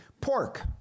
pork